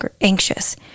anxious